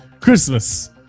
Christmas